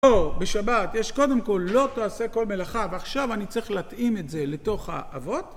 בשבת יש קודם כל לא תעשה כל מלאכה ועכשיו אני צריך להתאים את זה לתוך האבות